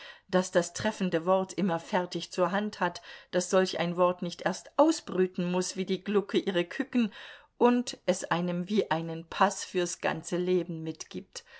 das das treffende wort immer fertig zur hand hat das solch ein wort nicht erst ausbrüten muß wie die glucke ihre kücken und es einem wie einen paß fürs ganze leben mitgibt